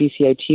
BCIT